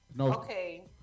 Okay